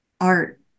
art